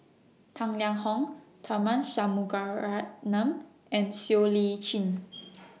Tang Liang Hong Tharman Shanmugaratnam and Siow Lee Chin